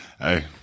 Hey